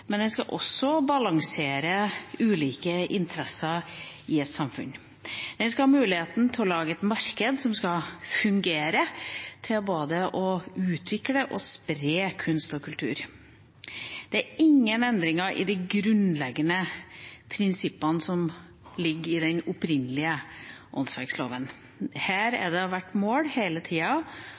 men den skal også balansere ulike interesser i et samfunn. En skal ha muligheten til å lage et marked som fungerer til både å utvikle og spre kunst og kultur. Det er ingen endringer i de grunnleggende prinsippene som ligger i den opprinnelige åndsverkloven. Det har hele tida